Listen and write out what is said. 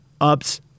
ups